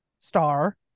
star